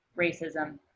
racism